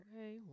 Okay